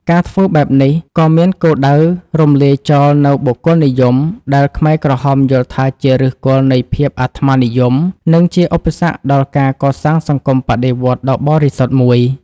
ការធ្វើបែបនេះ ក៏មានគោលដៅរំលាយចោលនូវ បុគ្គលនិយម ដែលខ្មែរក្រហមយល់ថាជាឫសគល់នៃភាពអាត្មានិយម និងជាឧបសគ្គដល់ការកសាងសង្គមបដិវត្តន៍ដ៏បរិសុទ្ធមួយ។